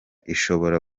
ishobora